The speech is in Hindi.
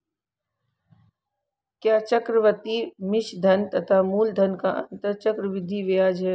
क्या चक्रवर्ती मिश्रधन तथा मूलधन का अंतर चक्रवृद्धि ब्याज है?